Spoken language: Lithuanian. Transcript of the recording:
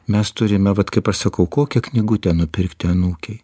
mes turime vat kaip aš sakau kokią knygutę nupirkti anūkei